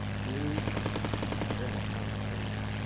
dude you're gonna get laid.